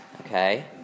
okay